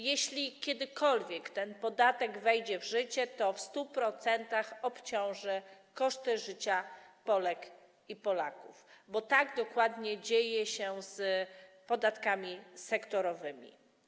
Jeśli kiedykolwiek ten podatek wejdzie w życie, to w 100% obciąży koszty życia Polek i Polaków, bo tak dokładnie dzieje się z podatkami sektorowymi.